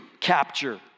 capture